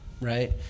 right